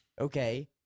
okay